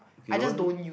okay don't